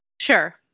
Sure